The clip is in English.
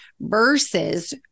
versus